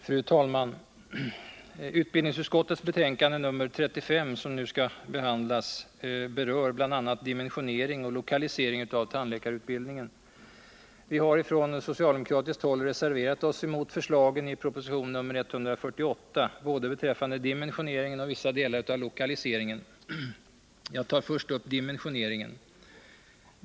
Fru talman! Utbildningsutskottets betänkande 35, som nu skall behandlas, berör bl.a. dimensionering och lokalisering av tandläkarutbildningen. Vi har från socialdemokratiskt håll reserverat oss mot förslagen i proposition 148, både beträffande dimensioneringen och beträffande vissa delar av lokaliseringen. Jag tar först upp dimensioneringen.